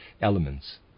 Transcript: elements